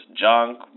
junk